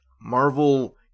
Marvel